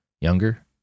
younger